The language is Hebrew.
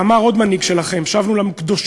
אמר עוד מנהיג שלכם: "חזרנו אל הקדושים